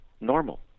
normal